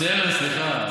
סרן, סליחה,